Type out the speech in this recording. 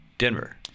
Denver